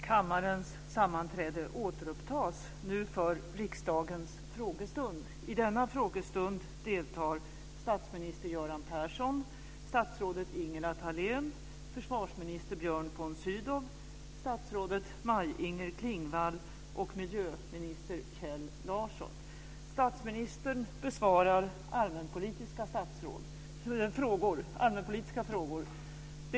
Kammarens sammanträde återupptas nu för riksdagens frågestund. I denna frågestund deltar statsminister Göran Persson, statsrådet Ingela Thalén, försvarsminister Björn von Sydow, statsrådet Maj-Inger Klingvall och miljöminister Kjell Larsson. Statsministern besvarar allmänpolitiska frågor.